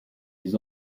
les